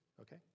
Okay